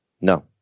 No